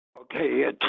Okay